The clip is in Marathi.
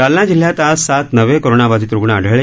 जालना जिल्ह्यात आज सात नवे कोरोनाबाधित रुग्ण आढळले